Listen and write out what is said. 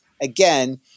again